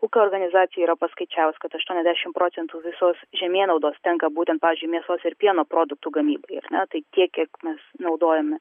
ūkio organizacija yra paskaičiavus kad aštuoniasdešimt procentų visos žemėnaudos tenka būtent pavyzdžiui mėsos ir pieno produktų gamybai na tai tiek kiek mes naudojame